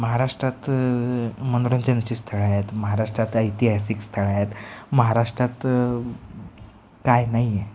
महाराष्ट्रात मनोरंजनाची स्थळं आहेत महाराष्ट्रात ऐतिहासिक स्थळं आहेत महाराष्ट्रात काय नाही आहे